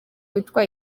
witwa